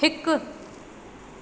हिकु